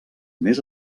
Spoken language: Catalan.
més